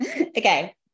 Okay